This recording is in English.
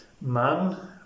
Man